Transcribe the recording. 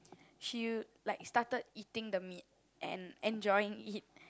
she like started eating the meat and enjoying it